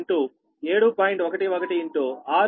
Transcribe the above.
11 7